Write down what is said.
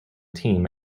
team